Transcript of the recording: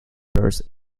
burst